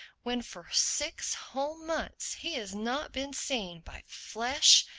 when for six whole months he has not been seen by flesh,